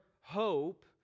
hope